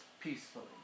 peacefully